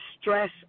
stress